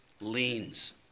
Leans